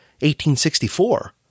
1864